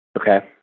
Okay